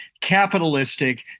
capitalistic